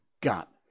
got